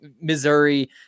Missouri